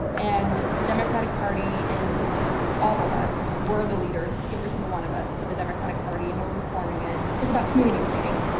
and the democratic party is all of us. we're the leaders, every single one of us, of the democratic party, and we're reforming it. it's about communities leading.